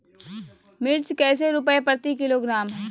मिर्च कैसे रुपए प्रति किलोग्राम है?